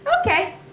Okay